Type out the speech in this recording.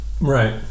Right